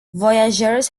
voyagers